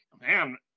man